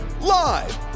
live